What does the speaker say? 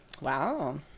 Wow